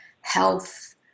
health